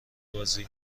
بازی